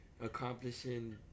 accomplishing